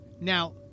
Now